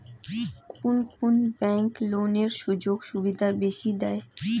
কুন কুন ব্যাংক লোনের সুযোগ সুবিধা বেশি দেয়?